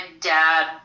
dad